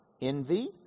envy